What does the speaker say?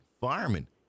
Firemen